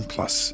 Plus